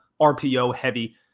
RPO-heavy